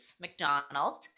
mcdonald's